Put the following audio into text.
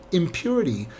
impurity